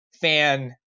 fan